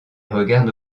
regarde